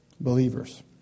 believers